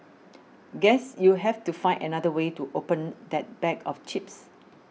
guess you have to find another way to open that bag of chips